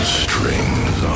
strings